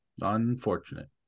Unfortunate